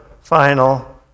final